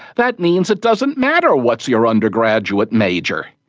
that means it doesn't matter what's your undergraduate major,